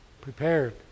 Prepared